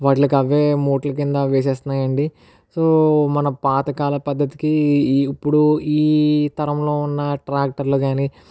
వాటికవే మూటలుకింద వేసేస్తున్నాయి అండి సో మన పాతకాల పద్ధతికి ఈ ఇప్పుడు ఈతరంలో ఉన్న ట్రాక్టర్ లు కానీ